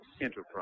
Enterprise